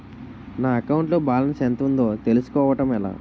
నా అకౌంట్ లో బాలన్స్ ఎంత ఉందో తెలుసుకోవటం ఎలా?